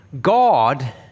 God